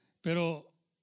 Pero